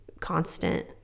constant